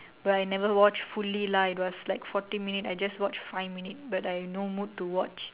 but I never watch fully lah it was like fourteen minute I just watch five minute but I no mood to watch